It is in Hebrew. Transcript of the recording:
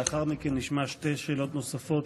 לאחר מכן נשמע שתי שאלות נוספות,